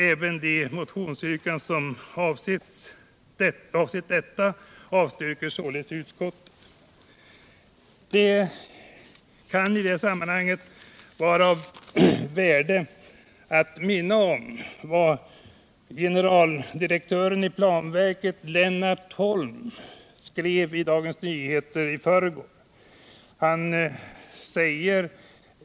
Även de motionsyrkanden som avsett detta avstyrker således utskottet. Det kan i detta sammanhang vara av värde att påminna om vad gencraldirektören för planverket, Lennart Holm, skrev i Dagens Nyheter i förrgår.